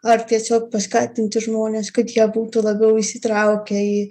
ar tiesiog paskatinti žmones kad jie būtų labiau įsitraukę į